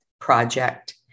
Project